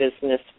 business